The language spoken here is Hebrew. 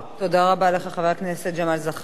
תודה רבה לך, חבר הכנסת ג'מאל זחאלקה.